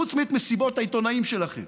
חוץ מאת מסיבות העיתונאים שלכם,